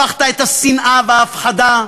הפכת את השנאה וההפחדה